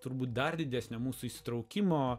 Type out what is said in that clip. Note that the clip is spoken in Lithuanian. turbūt dar didesnio mūsų įsitraukimo